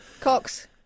Cox